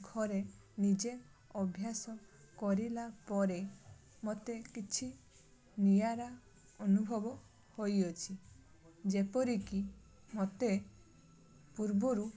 ଘରେ ନିଜେ ଅଭ୍ୟାସ କରିଲା ପରେ ମୋତେ କିଛି ନିଆରା ଅନୁଭବ ହୋଇଅଛି ଯେପରିକି ମତେ ପୂର୍ବରୁ